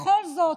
בכל זאת,